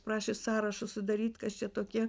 prašė sąrašus sudaryt kas čia tokie